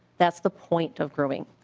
that's the point of grooming.